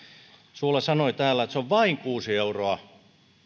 suulla sanoi täällä että se on vain kuusi euroa